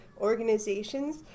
organizations